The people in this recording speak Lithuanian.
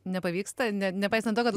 nepavyksta ne nepaisant to kad